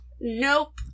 Nope